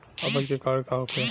अपच के कारण का होखे?